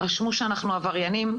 רשמו שאנחנו עבריינים.